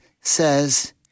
says